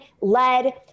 lead